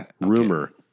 rumor